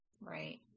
Right